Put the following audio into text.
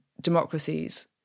democracies